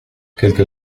quelque